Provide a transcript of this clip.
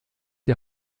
die